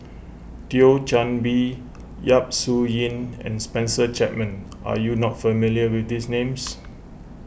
Thio Chan Bee Yap Su Yin and Spencer Chapman are you not familiar with these names